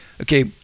Okay